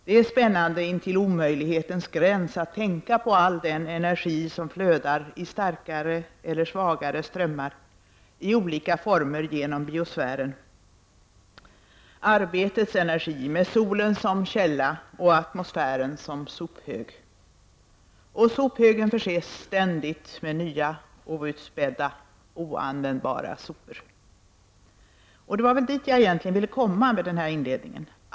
Det är spännande intill omöjlighetens gräns att tänka på all den energi som flödar i starkare eller svagare strömmar i olika former genom biosfären, arbetets energi, med solen som källa och atmosfären som sophög. Och sophögen förses ständigt med nya outspädda oanvändbara sopor. Det var väl dit jag egentligen ville komma med den här inledningen.